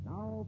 Now